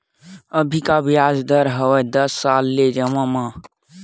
अभी का ब्याज दर हवे दस साल ले जमा मा?